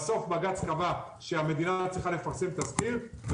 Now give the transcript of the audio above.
בסוף בג"ץ קבע שהמדינה צריכה לפרסם תזכיר,